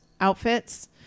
outfits